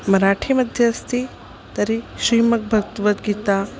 मराठी मध्ये अस्ति तर्हि श्रीमद्भगवद्गीता